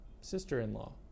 sister-in-law